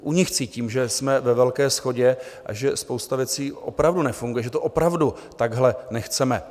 U nich cítím, že jsme ve velké shodě a že spousta věcí opravdu nefunguje, že to opravdu takhle nechceme.